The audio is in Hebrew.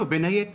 לא, בין היתר.